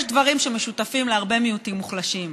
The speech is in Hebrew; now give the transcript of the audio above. יש דברים שמשותפים להרבה מיעוטים מוחלשים,